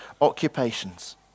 occupations